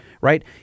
right